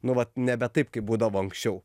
nu vat nebe taip kaip būdavo anksčiau